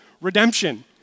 redemption